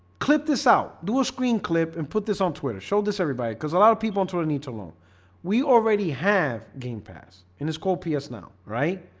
clip this out do a screen clip and put this on twitter show this everybody because a lot of people to learn eat alone we already have game pass and it's called ps now, right?